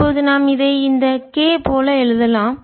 இப்போது நாம் இதை இந்த k போல எழுதலாம்